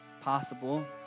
possible